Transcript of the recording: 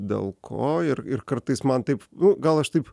dėl ko ir ir kartais man taip gal aš taip